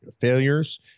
failures